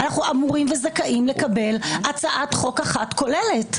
אנחנו אמורים וזכאים לקבל הצעת חוק אחת כוללת.